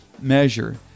measure